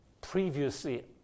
previously